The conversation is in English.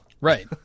Right